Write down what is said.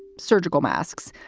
surgical masks,